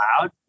loud